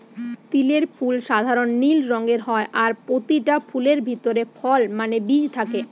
তিলের ফুল সাধারণ নীল রঙের হয় আর পোতিটা ফুলের ভিতরে ফল মানে বীজ থাকে